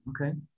okay